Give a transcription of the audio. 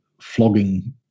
flogging